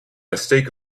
mistake